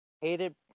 hated